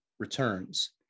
returns